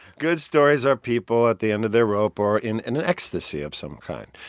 good stories are people at the end of their rope or in and and ecstasy of some kind.